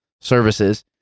services